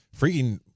Freaking